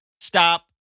Stop